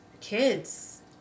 kids